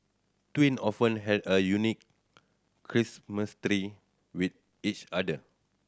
twin often have a unique with each other